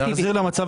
לחזור למצב